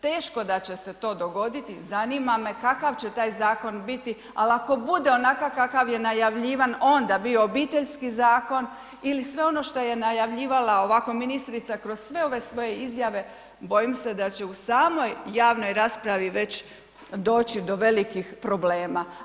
Teško da će se to dogoditi, zanima se kakav će taj zakon biti, ali ako bude onakav kakav je najavljivan onda bio Obiteljski zakon ili sve ono što je najavljivala ovako ministrica kroz sve ove svoje izjave bojim se da će u samoj javnoj raspravi već doći do velikih problema.